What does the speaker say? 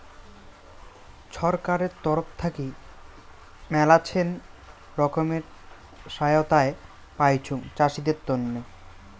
ছরকারের তরফ থাকি মেলাছেন রকমের সহায়তায় পাইচুং চাষীদের তন্ন